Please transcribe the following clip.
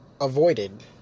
avoided